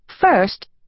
First